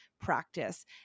practice